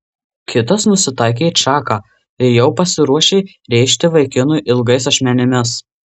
kitas nusitaikė į čaką ir jau pasiruošė rėžti vaikinui ilgais ašmenimis